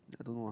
I don't know ah